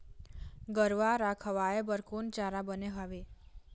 गरवा रा खवाए बर कोन चारा बने हावे?